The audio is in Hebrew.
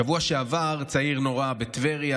בשבוע שעבר צעיר נורה בטבריה,